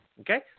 Okay